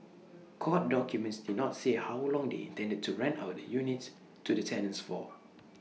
court documents did not say how long they intended to rent out the units to the tenants for